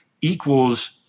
equals